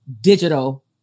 digital